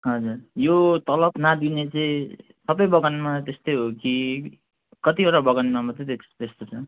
हजुर यो तलब नदिने चाहिँ सबै बगानमा त्यस्तै हो कि कतिवटा बगानमा मात्रै त्यस त्यस्तो छ